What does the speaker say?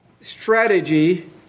strategy